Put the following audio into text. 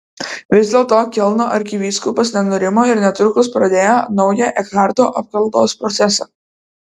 vis dėlto kelno arkivyskupas nenurimo ir netrukus pradėjo naują ekharto apkaltos procesą